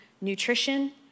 nutrition